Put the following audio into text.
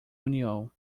união